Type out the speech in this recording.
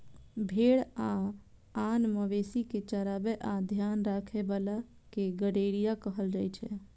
भेड़ आ आन मवेशी कें चराबै आ ध्यान राखै बला कें गड़ेरिया कहल जाइ छै